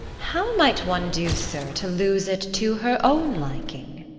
how might one do, sir, to lose it to her own liking?